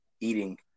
eating